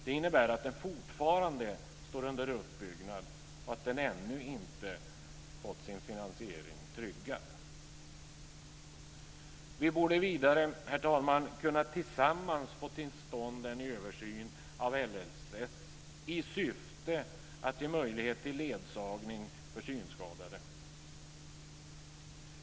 Det innebär att den fortfarande står under uppbyggnad och att den ännu inte fått sin finansiering tryggad. Herr talman! Vi borde vidare tillsammans få till stånd en översyn av LSS i syfte att ge möjlighet till ledsagning för synskadade.